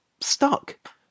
stuck